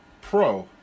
Pro